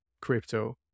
crypto